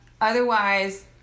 otherwise